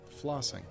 flossing